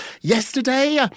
yesterday